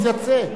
צא.